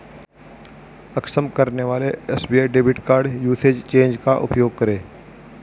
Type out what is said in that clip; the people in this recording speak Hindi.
अक्षम करने वाले SBI debit card usage change का उपयोग करें